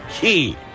key